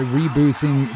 rebooting